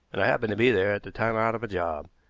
and i happened to be there at the time out of a job.